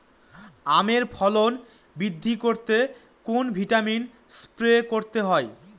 আমের ফলন বৃদ্ধি করতে কোন ভিটামিন স্প্রে করতে হয়?